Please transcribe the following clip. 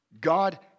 God